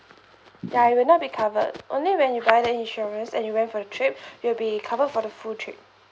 ya it will not be covered only when he buy the insurance then he went for his trip he'll be covered for the full trip